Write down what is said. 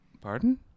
Pardon